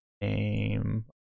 name